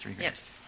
Yes